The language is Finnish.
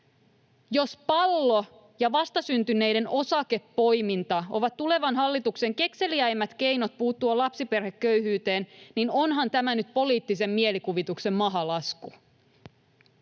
Jos pallo ja vastasyntyneiden osakepoiminta ovat tulevan hallituksen kekseliäimmät keinot puuttua lapsiperheköyhyyteen, niin onhan tämä nyt poliittisen mielikuvituksen mahalasku.